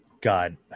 God